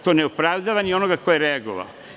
To ne opravdava ni onoga ko je reagovao.